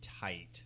tight